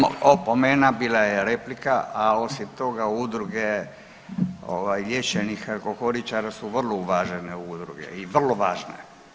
Opomena, bila je replika, a osim toga udruge ovaj liječenih alkoholičara su vrlo uvažene udruge i vrlo važne.